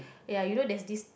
ya you know there is this